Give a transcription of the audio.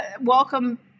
welcome